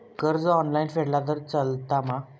कर्ज ऑनलाइन फेडला तरी चलता मा?